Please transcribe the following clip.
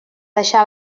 deixar